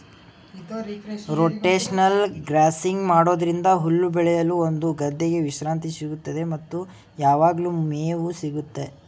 rotational grazing ಮಾಡೋದ್ರಿಂದ ಹುಲ್ಲು ಬೆಳೆಯಲು ಒಂದು ಗದ್ದೆಗೆ ವಿಶ್ರಾಂತಿ ಸಿಗುತ್ತದೆ ಮತ್ತು ಯಾವಗ್ಲು ಮೇವು ಸಿಗುತ್ತದೆ